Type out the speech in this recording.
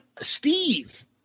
Steve